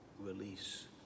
release